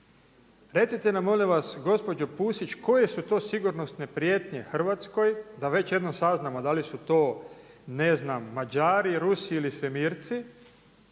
Recite nam molim vas gospođo Pusić koje su to sigurnosne prijetnje Hrvatskoj da već jednom saznamo da li su to ne znam Mađari, Rusi ili svemirci.